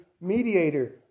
mediator